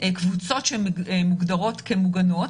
קבוצות שמוגדרות כמוגנות,